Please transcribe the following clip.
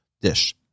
dish